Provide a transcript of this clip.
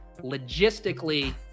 logistically